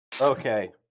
Okay